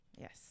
yes